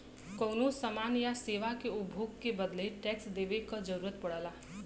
कउनो समान या सेवा के उपभोग के बदले टैक्स देवे क जरुरत पड़ला